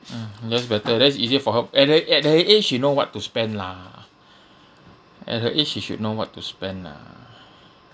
ah that's better that's easier for her at her at her age she know what to spend lah at her age she should know what to spend lah